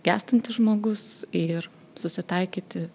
gęstantis žmogus ir susitaikyti